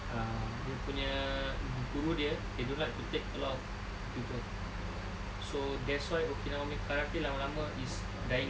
ah dia punya guru dia they don't like to take a lot of people so that's why okinawan punya karate lama-lama is dying out